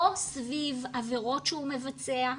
או סביב עבירות שהוא מבצע,